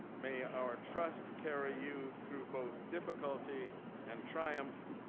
may our trust carry you through both difficulty and triumph.